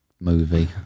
movie